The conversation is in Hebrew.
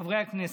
חברי הכנסת,